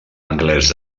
anglès